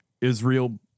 Israel